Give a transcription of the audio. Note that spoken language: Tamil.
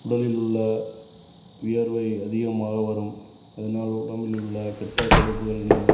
உடலில் உள்ள வியர்வை அதிகமாக வரும் அதனால் உடம்பில் உள்ள கெட்டக் கொழுப்புகள் நீங்கும்